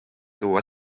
tuua